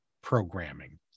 programming